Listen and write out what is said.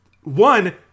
one